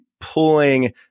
pulling